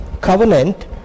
covenant